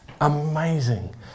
amazing